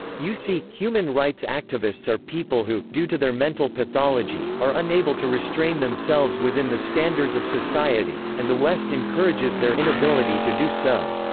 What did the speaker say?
you see, human rights activists are people who, due to their mental pathology, are unable to restrain themselves within the standards of society, and the west encourages their inability to do so.